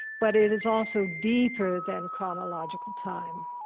but it is also deeper than chronological time.